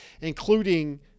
including